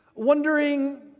Wondering